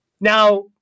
Now